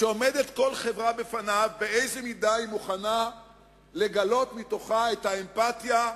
שכל חברה עומדת בפניו: באיזו מידה היא מוכנה לגלות בתוכה את האמפתיה,